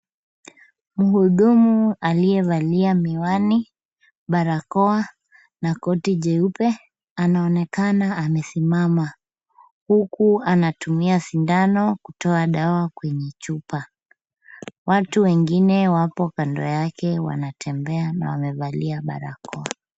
Mhudumu aliyevalia miwani, barakoa na koti jeupe anaonekana amesimama, huku anatumia sindano kutoa dawa kwenye chupa. Watu wengine wapo kando yake wanatembea na wamevalia barakoa.